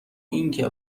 اینکه